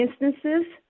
instances